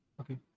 Okay